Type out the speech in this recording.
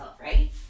right